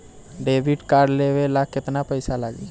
Debit card लेवे ला केतना पईसा लागी?